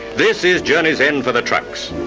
this is journey's end for the trucks,